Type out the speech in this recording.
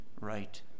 right